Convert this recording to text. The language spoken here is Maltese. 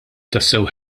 tassew